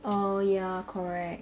oh ya correct